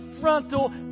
frontal